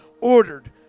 ordered